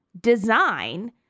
design